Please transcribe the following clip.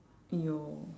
!aiyo!